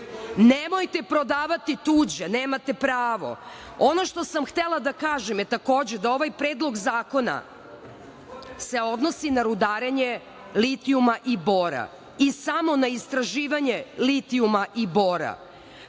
Nemojte prodavati tuđe, nemate pravo. Ono što sam htela da kažem, je takođe, ovaj predlog zakona se odnosi na rudarenje litijuma i bora i samo na istraživanje litijuma i bora,